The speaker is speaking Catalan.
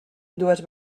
dues